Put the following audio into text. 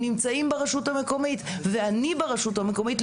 נמצאים ברשות המקומית ואני ברשות המקומית,